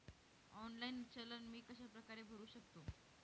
Online चलन मी कशाप्रकारे भरु शकतो?